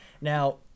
Now